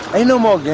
i know more